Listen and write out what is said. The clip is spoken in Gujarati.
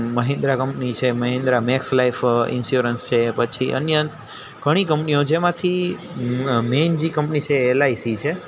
મહિન્દ્રા કંપની છે મહિન્દ્રા મેક્સ લાઈફ ઈન્સ્યોરન્સ છે પછી અન્ય ઘણી કંપનીઓ જેમાંથી મેન જી કંપની છે એલ આઈ સી છે